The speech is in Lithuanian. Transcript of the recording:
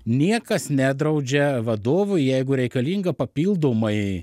niekas nedraudžia vadovui jeigu reikalinga papildomai